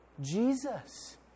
Jesus